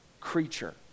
creature